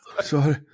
Sorry